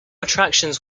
attractions